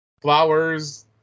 flowers